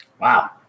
Wow